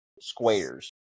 squares